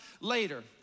later